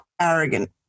arrogant